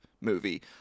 movie